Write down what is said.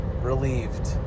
relieved